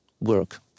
work